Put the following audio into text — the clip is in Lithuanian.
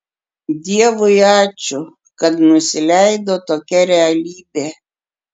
dievui ačiū kad nusileido tokia realybė